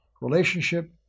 relationship